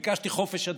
ביקשתי חופש הצבעה.